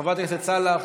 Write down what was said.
חברת הכנסת סאלח,